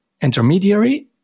intermediary